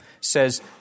says